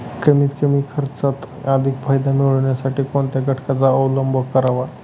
कमीत कमी खर्चात अधिक फायदा मिळविण्यासाठी कोणत्या घटकांचा अवलंब करावा?